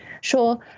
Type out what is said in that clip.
sure